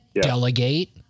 delegate